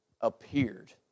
appeared